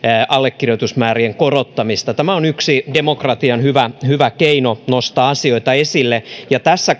allekirjoitusmäärien korottamista tämä on yksi hyvä demokratian keino nostaa asioita esille tässä